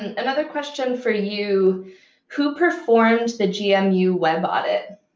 another question for you who performed the gmu web audit?